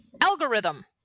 Algorithm